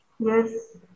Yes